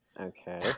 Okay